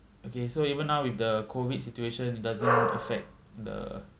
okay so even now with the COVID situation it doesn't affect the